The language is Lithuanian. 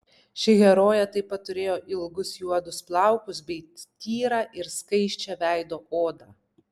ši herojė taip pat turėjo ilgus juodus plaukus bei tyrą ir skaisčią veido odą